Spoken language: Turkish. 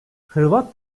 hırvat